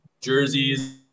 jerseys